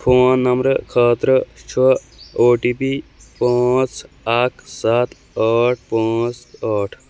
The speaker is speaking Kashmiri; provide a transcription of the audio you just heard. فون نمبرٕ خٲطرٕ چھُ او ٹی پی پانٛژھ اَکھ سَتھ ٲٹھ پانٛژھ ٲٹھ